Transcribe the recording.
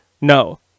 No